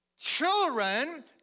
children